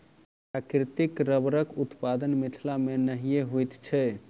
प्राकृतिक रबड़क उत्पादन मिथिला मे नहिये होइत छै